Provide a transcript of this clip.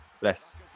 Bless